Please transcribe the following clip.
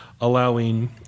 allowing